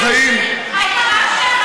היית מאשר,